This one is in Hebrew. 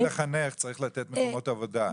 לא רק לחנך, צריך לתת מקומות עבודה.